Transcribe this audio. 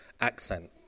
accent